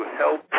help